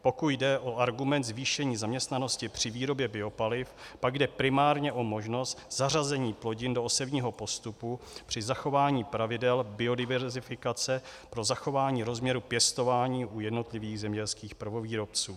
Pokud jde o argument zvýšení zaměstnanosti při výrobě biopaliv, pak jde primárně o možnost zařazení plodin do osevního postupu při zachování pravidel biodiverzifikace pro zachování rozměru pěstování u jednotlivých zemědělských prvovýrobců.